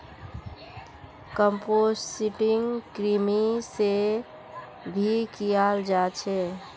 composting कृमि से भी कियाल जा छे